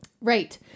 Right